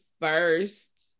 first